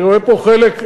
אני רואה פה חלק,